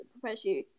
professor